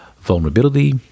vulnerability